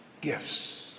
gifts